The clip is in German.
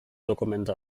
dokumente